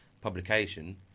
publication